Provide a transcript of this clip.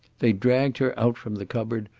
they dragged her out from the cupboard,